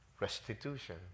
Restitution